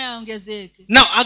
Now